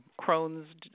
Crohn's